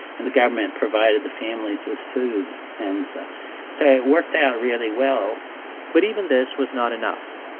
and the government provided the families with food. and so it worked out really well but even this was not enough.